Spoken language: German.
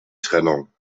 trennung